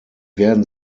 werden